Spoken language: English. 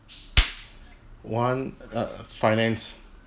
one uh finance